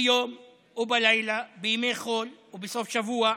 ביום ובלילה, בימי חול ובסוף שבוע,